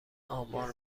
آمار